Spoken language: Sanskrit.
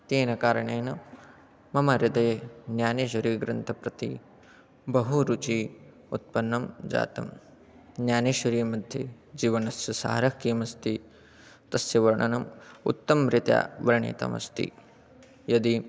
तेन कारणेन मम हृदये ज्ञानेश्वरीग्रन्थं प्रति बहु रुचिः उत्पन्ना जाता ज्ञानेश्वरीमध्ये जीवनस्य सारः किमस्ति तस्य वर्णनम् उत्तमरीत्या वर्णितमस्ति यदि